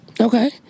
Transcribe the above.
Okay